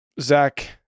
Zach